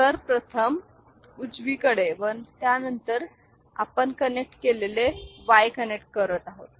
तर प्रथम उजवीकडे व त्यानंतर आपण कनेक्ट केलेले Y कनेक्ट करत आहात